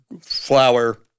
flour